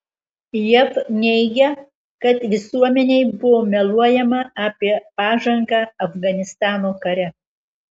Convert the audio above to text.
jav neigia kad visuomenei buvo meluojama apie pažangą afganistano kare